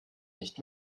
nicht